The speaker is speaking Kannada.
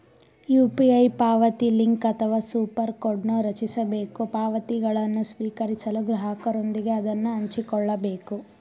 ಯು.ಪಿ.ಐ ಪಾವತಿಲಿಂಕ್ ಅಥವಾ ಸೂಪರ್ ಕೋಡ್ನ್ ರಚಿಸಬೇಕು ಪಾವತಿಗಳನ್ನು ಸ್ವೀಕರಿಸಲು ಗ್ರಾಹಕರೊಂದಿಗೆ ಅದನ್ನ ಹಂಚಿಕೊಳ್ಳಬೇಕು